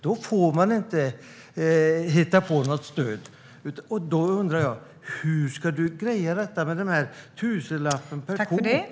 Då får man inte hitta på något stöd. Då undrar jag: Hur ska du greja detta med en tusenlapp per ko?